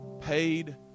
paid